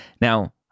Now